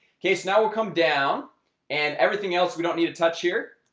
okay, so now we'll come down and everything else we don't need a touch here.